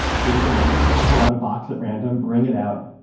so we go in, pull out a box at random, bring it out.